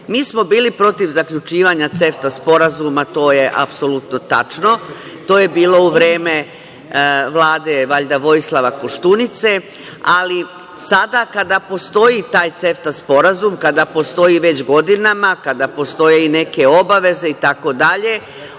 smo bili protiv zaključivanja CEFTA Sporazuma, to je apsolutno tačno, to je bilo u vreme Vlade Vojislava Koštunice, ali sada kada postoji taj CEFTA Sporazum, već godinama, kada postoje i neke obaveze, itd,